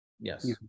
yes